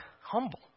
humble